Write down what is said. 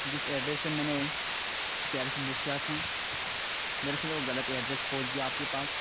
جس ایڈریس پہ میں نے کیبس بک کیا تھا در اصل وہ غلط ایڈریس پہنچ گیا آپ کے پاس